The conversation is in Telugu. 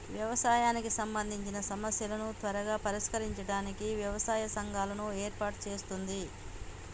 వ్యవసాయానికి సంబందిచిన సమస్యలను త్వరగా పరిష్కరించడానికి వ్యవసాయ సంఘాలను ఏర్పాటు చేస్తుంది